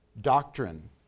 doctrine